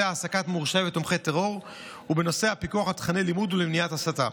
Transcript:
העסקת מורשעי ותומכי טרור ובנושא הפיקוח על תוכני לימוד למניעת הסתה.